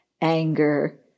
anger